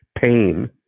pain